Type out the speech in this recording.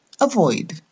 avoid